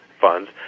funds